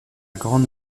grande